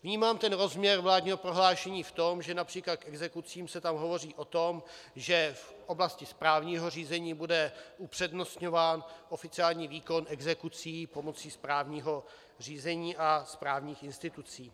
Vnímám rozměr vládního prohlášení v tom, že například k exekucím se tam hovoří o tom, že v oblasti správního řízení bude upřednostňován oficiální výkon exekucí pomocí správního řízení a správních institucí.